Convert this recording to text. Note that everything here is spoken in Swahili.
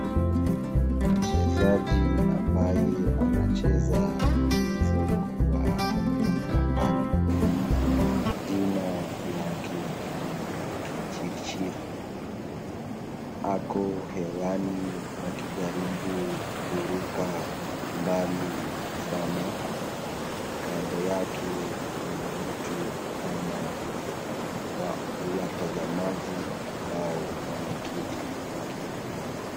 Mchezaji ambaye anacheza mchezo wa kuruka mbali. Jina lake ni kipchirchir, ako hewani akijaribu kuruka mbali sana. Kando yake kuna watu ama watazamaji ambao wameketi wakimtazama.